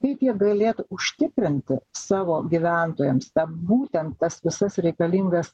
kaip jie galėtų užtikrinti savo gyventojams būtent tas visas reikalingas